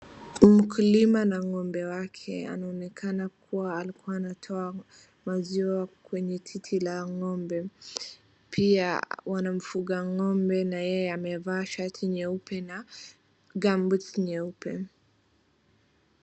Mkulima na ng'ombe wake anaonekana kuwa alikua anatoa maziwa kwenye titi la ng'ombe. Pia wanamfuga ng'ombe na yeye amevaa shati nyeupe na gumboot nyeupe.